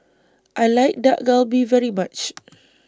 I like Dak Galbi very much